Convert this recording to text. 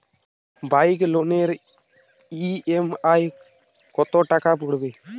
Bike লোনের EMI কত টাকা পড়বে?